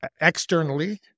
Externally